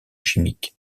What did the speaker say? chimiques